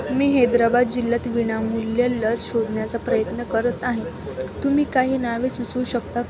मी हैदराबाद जिल्ह्यात विनामूल्य लस शोधण्याचा प्रयत्न करत आहे तुम्ही काही नावे सुचवू शकता